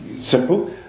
simple